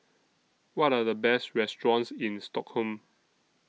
What Are The Best restaurants in Stockholm